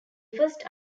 first